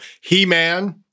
He-Man